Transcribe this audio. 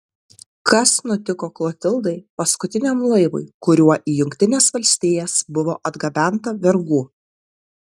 kas nutiko klotildai paskutiniam laivui kuriuo į jungtines valstijas buvo atgabenta vergų